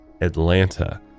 atlanta